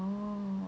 orh